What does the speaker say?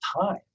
time